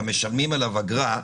שמשלמים עליו אגרה,